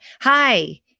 Hi